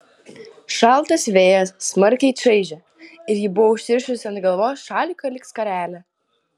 šaltas vėjas smarkiai čaižė ir ji buvo užsirišusi ant galvos šaliką lyg skarelę